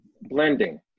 blending